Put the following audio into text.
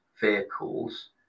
vehicles